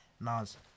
Nas